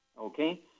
Okay